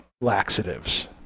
laxatives